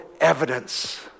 evidence